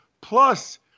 plus